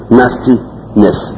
nastiness